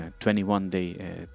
21-day